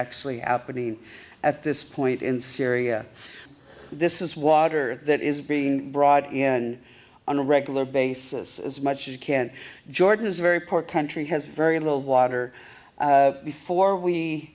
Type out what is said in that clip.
actually happening at this point in syria this is water that is being brought in on a regular basis as much as you can jordan is very poor country has very little water before we